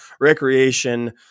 recreation